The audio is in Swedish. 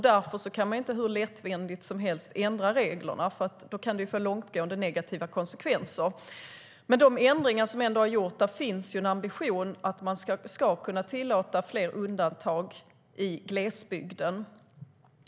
Därför kan man inte hur lättvindigt som helst ändra reglerna eftersom det kan få långtgående negativa konsekvenser. Men när det gäller de ändringar som har gjorts finns det en ambition att fler undantag ska kunna tillåtas i glesbygden.